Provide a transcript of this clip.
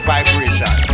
Vibration